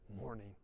morning